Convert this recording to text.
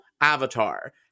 Avatar